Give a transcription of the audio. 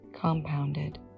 compounded